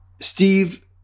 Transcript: Steve